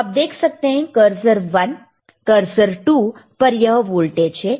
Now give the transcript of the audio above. तो आप देख सकते हैं करसर 1 करसर 2 पर यह वोल्टेज है